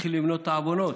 העוונות,